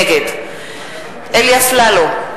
נגד אלי אפללו,